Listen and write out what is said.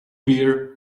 beer